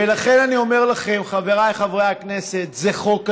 לכן אני אומר לכם, חבריי חברי הכנסת, זה חוק הזוי,